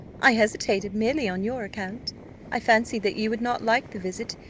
i hesitated merely on your account i fancied that you would not like the visit,